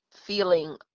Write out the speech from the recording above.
feeling